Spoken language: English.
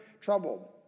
troubled